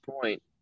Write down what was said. point